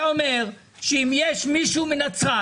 אתה אומר שאם יש מישהו מנצרת